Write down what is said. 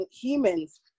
Humans